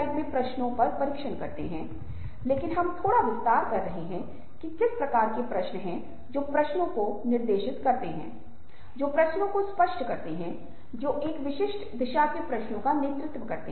दूसरों का विकास करना मतलब जहां उपकरण का उपयोग करना प्रतिक्रिया प्राप्त करना दूसरों को प्रेरित करना सेवा उन्मुखीकरण सहायता ग्राहक सेवा और सभी प्रकार की चीजों का उपयोग करना है